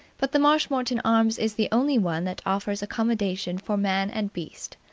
but the marshmoreton arms is the only one that offers accommodation for man and beast,